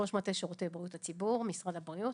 ראש מטה שירותי בריאות הציבור במשרד הבריאות.